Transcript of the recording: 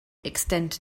extend